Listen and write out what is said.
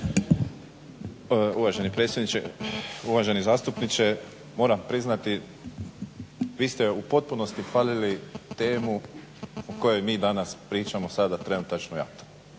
Uvaženi predsjedniče, uvaženi zastupniče. Moram priznati i ste u potpunosti falili temu o kojoj mi danas pričamo, sada trenutačno ja.